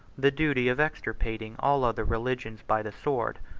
the duty of extirpating all other religions by the sword.